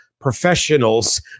professionals